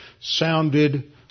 sounded